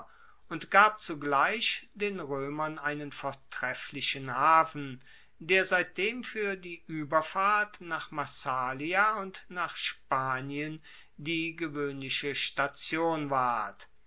und gab zugleich den roemern einen vortrefflichen hafen der seitdem fuer die ueberfahrt nach massalia und nach spanien die gewoehnliche station ward